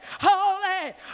holy